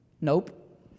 Nope